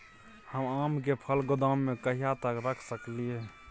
हम आम के फल गोदाम में कहिया तक रख सकलियै?